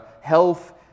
health